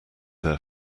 their